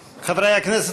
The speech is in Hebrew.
הכנסת,